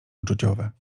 uczuciowe